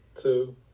two